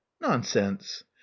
nonsense